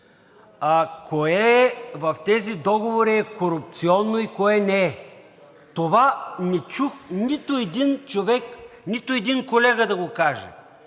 кое в тези договори е корупционно и кое не е? Това не чух нито един човек, нито един